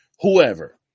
whoever